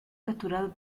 capturado